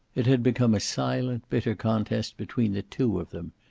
it had become a silent, bitter contest between the two of them,